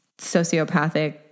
sociopathic